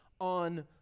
on